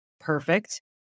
perfect